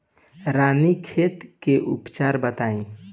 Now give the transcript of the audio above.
रानीखेत के उपचार बताई?